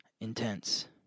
intense